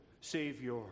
Savior